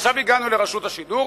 עכשיו הגענו לרשות השידור.